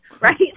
right